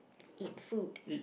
eat food